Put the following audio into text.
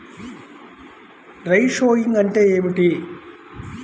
Dry sowing అంటే ఏమిటి?